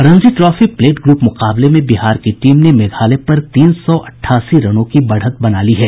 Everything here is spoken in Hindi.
रणजी ट्रॉफी प्लेट ग्रुप मुकाबले में बिहार की टीम ने मेघालय पर तीन सौ अट्ठासी रनों की बढ़त बना ली है